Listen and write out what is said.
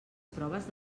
proves